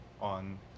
on